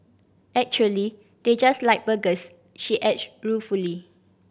actually they just like burgers she adds ruefully